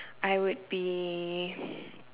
I would be